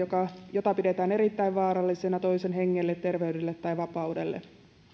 jota pidetään erittäin vaarallisena toisen hengelle terveydelle tai vapaudelle